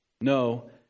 No